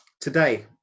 today